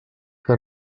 que